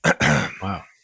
Wow